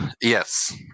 Yes